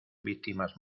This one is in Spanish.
víctimas